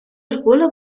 escuela